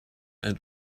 and